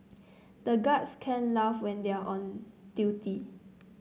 the guards can't laugh when they are on duty